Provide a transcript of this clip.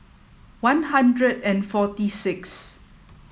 one hundred and forty six